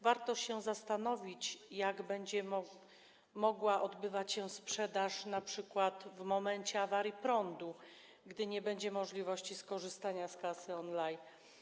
Warto się zastanowić, jak będzie mogła odbywać się sprzedaż np. w momencie awarii prądu, gdy nie będzie możliwości skorzystania z kasy on-line.